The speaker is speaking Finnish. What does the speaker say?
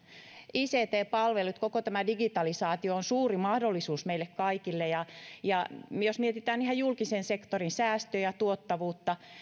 ict palvelut koko tämä digitalisaatio ovat suuri mahdollisuus meille kaikille ja ja jos mietitään ihan julkisen sektorin säästöjä tuottavuutta